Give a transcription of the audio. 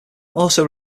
also